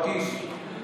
יואב, יואב,